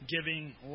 giving